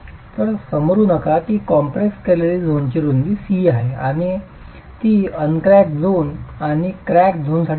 तर समरू नका की कॉम्प्रेस केलेले झोनची रुंदी c आहे आणि ती अनक्रॅकड झोन आणि क्रॅक झोनसाठी बदलते